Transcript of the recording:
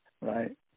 right